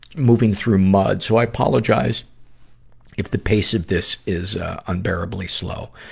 moving through mud. so i apologize if the pace of this is, ah, unbearably slow.